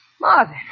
Marvin